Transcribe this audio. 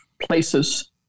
places